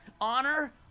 honor